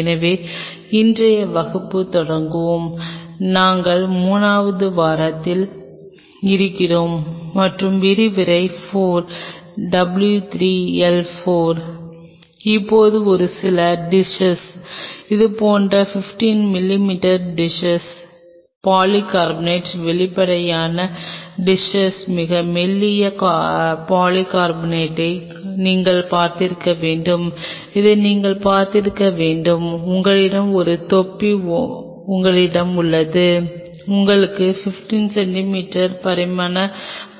எனவே இன்றைய வகுப்பைத் தொடங்குவோம் நாங்கள் 3 வது வாரத்தில் இருக்கிறோம் மற்றும் விரிவுரை 4 W 3 L 4 இப்போது சில டிஸ்ஸஸ் இதுபோன்ற 15 மிமீ டிஸ்ஸஸ் பாலிகார்பனேட்டின் வெளிப்படையான டிஸ்ஸஸ் மிக மெல்லிய பாலிகார்பனேட்டை நீங்கள் பார்த்திருக்க வேண்டும் இதை நீங்கள் பார்த்திருக்க வேண்டும் உங்களிடம் ஒரு தொப்பி உங்களிடம் உள்ளது உங்களுக்கு 15 சென்டிமீட்டர் பரிமாணம்